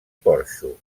porxo